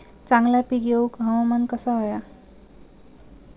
चांगला पीक येऊक हवामान कसा होया?